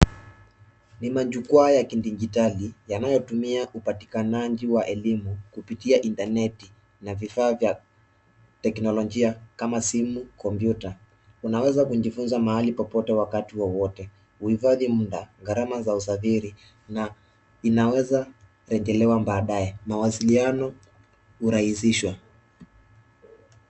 Ni majukwaa ya kidijitali yanayotumia upatikanaji wa elimu kupitia intaneti na vifaa vya teknolojia kama simu komputa. Unaweza kujifunza mahali popote wakati wowote. Huhitaji muda, gharama za usafiri na inaweza rejelewa baadae. Mawasiliano hurahisishwa